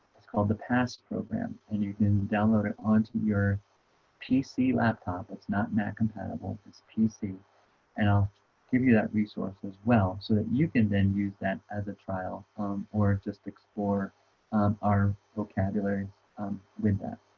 it's called the past program and you can download it onto your pc laptop, it's not mac compatible it's pc and i'll give you that resource as well so that you can then use that as a trial home um or just explore our vocabulary window